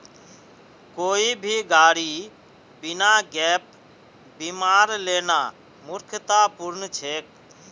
कोई भी गाड़ी बिना गैप बीमार लेना मूर्खतापूर्ण छेक